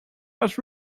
was